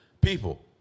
People